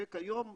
כיום,